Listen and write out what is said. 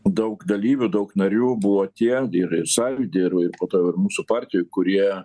daug dalyvių daug narių buvo ir ir sąjūdy ir ir po to vat mūsų partijoj kurie